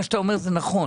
מה שאתה אומר הוא נכון.